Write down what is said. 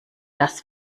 das